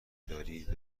دارید